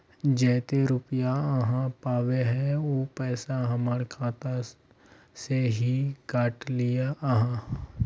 जयते रुपया आहाँ पाबे है उ पैसा हमर खाता से हि काट लिये आहाँ?